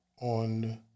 on